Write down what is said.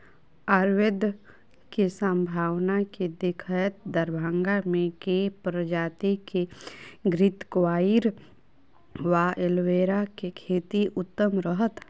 आयुर्वेद केँ सम्भावना केँ देखैत दरभंगा मे केँ प्रजाति केँ घृतक्वाइर वा एलोवेरा केँ खेती उत्तम रहत?